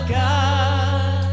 god